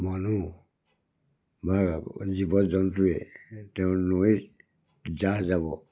মানুহ বা জীৱ জন্তুৱে তেওঁ নৈত জাহ যাব